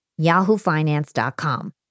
yahoofinance.com